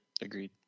Agreed